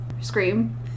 Scream